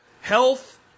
Health